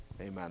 Amen